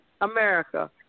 America